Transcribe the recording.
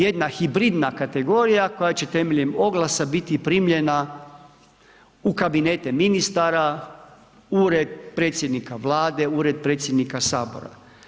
Jedna hibridna kategorija koja će temeljem oglasa biti primljena u kabinete ministara, Ured predsjednika Vlade, Ured predsjednika Sabora.